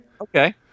Okay